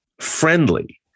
friendly